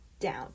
down